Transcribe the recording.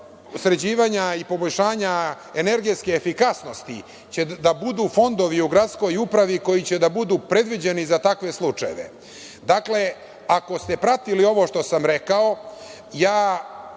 sređivanja i poboljšanja energetske efikasnosti će da budu fondovi u Gradskoj upravi koji će da budu predviđeni za takve slučajeve. Dakle, ako ste pratili ovo što sam rekao, ja,